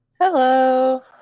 Hello